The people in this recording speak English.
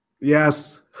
Yes